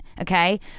okay